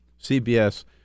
CBS